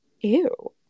ew